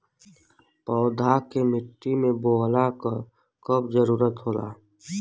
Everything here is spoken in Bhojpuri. पौधा के मिट्टी में बोवले क कब जरूरत होला